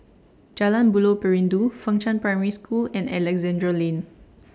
Jalan Buloh Perindu Fengshan Primary School and Alexandra Lane